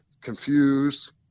confused